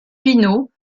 pinot